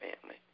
family